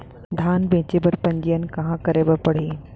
धान बेचे बर पंजीयन कहाँ करे बर पड़ही?